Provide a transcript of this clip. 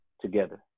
together